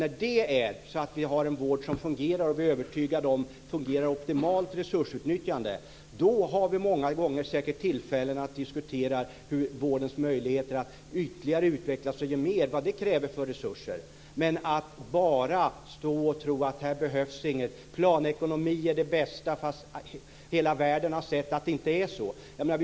När vi sedan har en vård som fungerar och vi är övertygade om att den fungerar med optimalt resursutnyttjande, får vi säkert många gånger tillfälle att diskutera hur vårdens möjligheter ytterligare kan utvecklas och vilka resurser som krävs för att den ska ge mer. Men att bara stå här och tro att inget behöver göras, att planekonomi är det bästa, fast hela världen har sett att det inte är så.